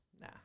Nah